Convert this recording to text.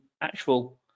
actual